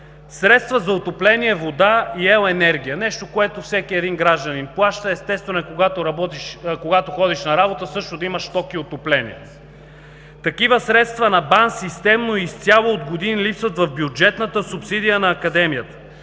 Средства за отопление, вода и ел. енергия – нещо, което всеки един гражданин плаща. Естествено е, когато работиш, когато ходиш на работа, също да имаш ток и отопление. Такива средства на БАН системно, изцяло, от години липсват в бюджетната субсидия на Академията.